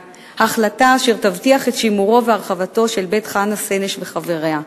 החלטה אשר תבטיח את שימורו והרחבתו של בית חנה סנש וחבריה.